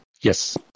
Yes